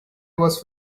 was